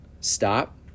stop